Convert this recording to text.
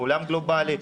בעולם גלובלי,